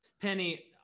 Penny